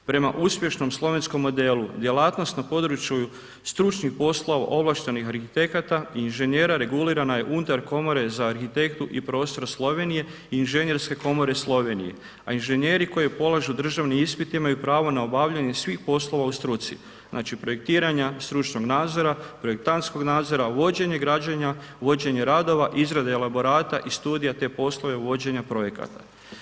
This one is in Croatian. Prema uspješnom slovenskom modelu, djelatnost na području stručnih poslova ovlaštenih arhitekata i inženjera regulirana je unutar komore za arhitektu i prostor Slovenije i inženjerske komore Slovenije a inženjeri koji polažu državni ispit imaju pravo na obavljanje svih poslova u struci, znači projektiranja, stručnog nadzora, projektantskog nadzora, vođenje građenja, vođenje radova, izrade elaborata i studija te poslove vođenje projekata.